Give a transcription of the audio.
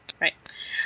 right